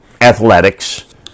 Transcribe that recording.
athletics